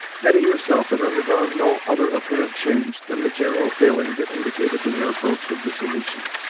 hetty herself had undergone no other apparent change than the general failing that indicated the near approach of dissolution.